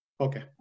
Okay